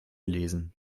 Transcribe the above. lesen